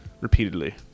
Repeatedly